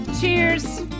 cheers